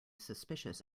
suspicious